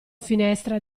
finestra